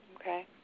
Okay